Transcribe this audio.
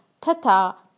Ta-ta